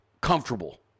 comfortable